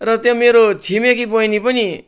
र त्यो मेरो छिमेकी बहिनी पनि